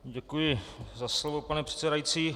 Děkuji za slovo, pane předsedající.